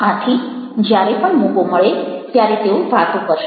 આથી જ્યારે પણ મોકો મળે ત્યારે તેઓ વાતો કરશે